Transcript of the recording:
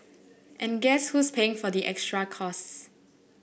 and guess who's paying for the extra costs